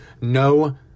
No